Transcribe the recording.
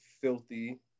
filthy